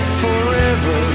forever